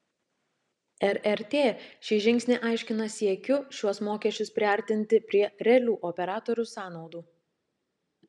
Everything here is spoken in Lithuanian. rrt šį žingsnį aiškina siekiu šiuos mokesčius priartinti prie realių operatorių sąnaudų